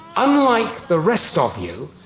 unlike the rest of you,